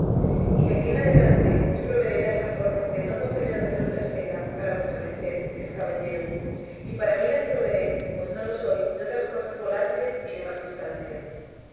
y de aquí adelante yo proveeré las alforjas de todo género de fruta seca para vuestra merced que es caballero y para mí las proveeré pues no lo soy de otras cosas volátiles y de más sustancia